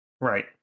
Right